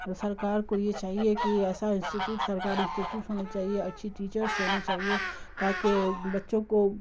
تو سرکار کو یہ چاہیے کہ ایسا انسٹیچوٹ سرکار انسٹیچوٹس ہونی چاہیے اچھی ٹیچرس ہونی چاہیے تاکہ بچوں کو